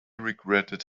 regretted